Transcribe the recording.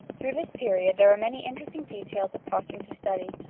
through this period there are many interesting details of costume to study,